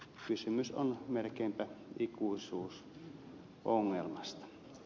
kysymys on melkeinpä ikuisuusongelmasta